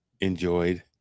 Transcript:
enjoyed